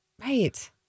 Right